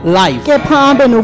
life